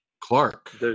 Clark